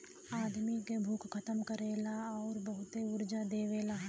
आदमी क भूख खतम करेला आउर बहुते ऊर्जा देवेला